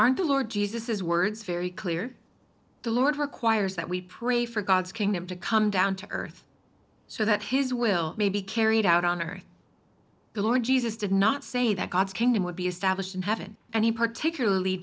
aren't the lord jesus his words very clear the lord requires that we pray for god's kingdom to come down to earth so that his will may be carried out on earth the lord jesus did not say that god's kingdom would be established in heaven and he particularly